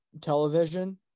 television